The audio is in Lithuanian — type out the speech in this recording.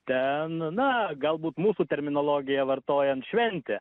ten na galbūt mūsų terminologiją vartojant šventė